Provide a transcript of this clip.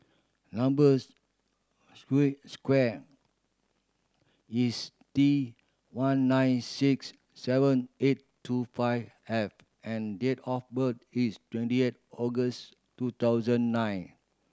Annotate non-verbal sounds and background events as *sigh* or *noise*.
number *unintelligible* square is T one nine six seven eight two five F and date of birth is twenty eight August two thousand nine